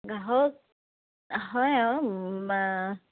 গ্ৰাহক হয় আৰু